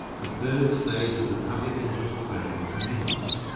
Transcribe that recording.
the third stage of the public interest grant commenced,